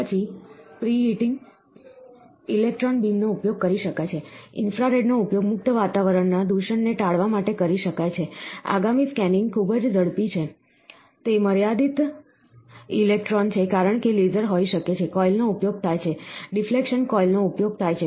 પછી pre heating electron બીમનો ઉપયોગ કરી શકાય છે ઈન્ફ્રારેડનો ઉપયોગ મુક્ત વાતાવરણના દૂષણને ટાળવા માટે કરી શકાય છે આગામી સ્કેનીંગ ખૂબ જ ઝડપી છે તે મર્યાદિત ઇલેક્ટ્રોન છે કારણ કે લેસર હોઈ શકે છે કોઇલનો ઉપયોગ થાય છે ડિફ્લેક્શન કોઇલ નો ઉપયોગ થાય છે